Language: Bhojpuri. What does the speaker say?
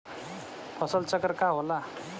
फसल चक्र का होला?